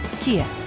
Kia